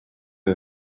del